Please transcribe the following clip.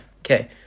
okay